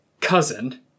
cousin